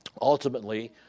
Ultimately